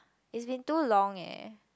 it's been too long eh